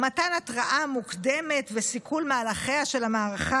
מתן התראה מוקדמת וסיכול מהלכיה של המערכה